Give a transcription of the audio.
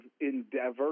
endeavor